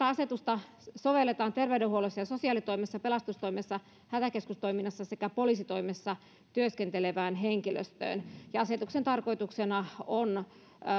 asetusta sovelletaan terveydenhuollossa ja sosiaalitoimessa pelastustoimessa hätäkeskustoiminnassa sekä poliisitoimessa työskentelevään henkilöstöön asetuksen tarkoituksena on